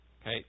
Okay